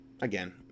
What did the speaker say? again